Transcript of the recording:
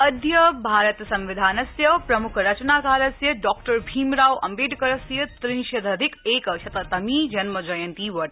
अद्य भारत संविधानस्य प्रमुख रचनाकारस्य डॉक्टर भीमराव अम्बेडकरस्य त्रिशदधिक एक शततमी जन्मजयन्ती वर्तते